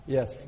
Yes